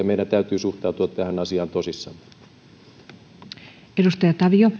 meidän täytyy suhtautua tähän asiaan tosissamme arvoisa